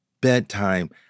bedtime